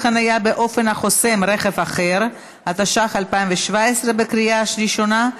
הרווחה והבריאות להכנה לקריאה שנייה ושלישית.